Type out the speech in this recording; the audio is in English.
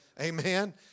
Amen